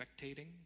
spectating